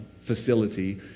facility